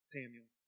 Samuel